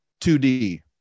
2D